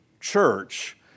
church